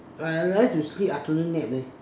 I like to sleep afternoon nap leh